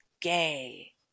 gay